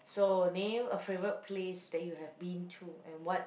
so nail a favourite place that you have been to and what